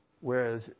whereas